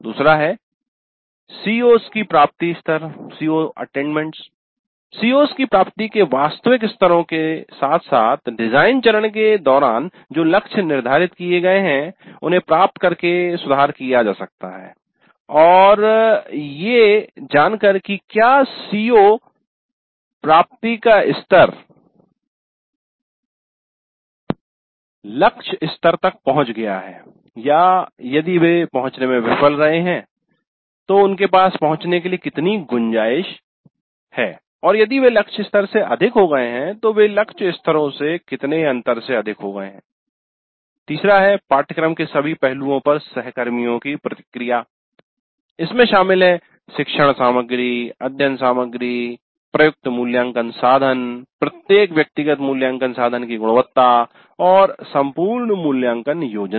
दूसरा है CO's की प्राप्ति स्तर CO's की प्राप्ति के वास्तविक स्तरों के साथ साथ डिजाइन चरण के दौरान जो लक्ष्य निर्धारित किए गए हैं उन्हें प्राप्त करके सुधार किये जा सकते है और ये जानकर कि क्या CO प्राप्ति का स्तर लक्ष्य स्तर तक पहुंच गया है या यदि वे पहुंचने में विफल रहे हैं तो उनके पास पहुंचने के लिए कितनी गुंजाईश हैं और यदि वे लक्ष्य स्तर से अधिक हो गए हैं तो वे लक्ष्य स्तरों से कितने अंतर से अधिक हो गए हैं तीसरा है पाठ्यक्रम के सभी पहलुओं पर सहकर्मियों की प्रतिक्रिया इसमें शामिल है शिक्षण सामग्री अध्ययन सामग्री प्रयुक्त मूल्यांकन साधन प्रत्येक व्यक्तिगत मूल्यांकन साधन की गुणवत्ता और संपूर्ण मूल्यांकन योजना